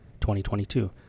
2022